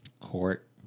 Court